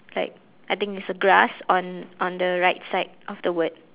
like I think it's a grass on on the right side of the word